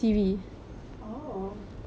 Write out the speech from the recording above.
oh okay